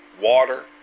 water